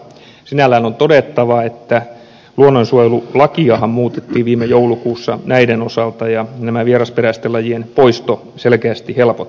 sinällään on todettava että luonnonsuojelulakiahan muutettiin viime joulukuussa näiden osalta ja näiden vierasperäisten lajien poisto selkeästi helpottui